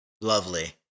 Lovely